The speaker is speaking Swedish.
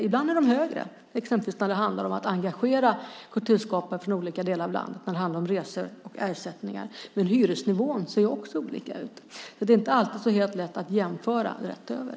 Ibland är de högre, exempelvis när det handlar om att engagera kulturskapare från olika delar av landet, när det handlar om resor och ersättningar. Hyresnivån ser också olika ut. Det är inte alltid helt lätt att jämföra rätt över.